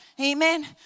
Amen